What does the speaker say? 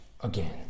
again